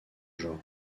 genre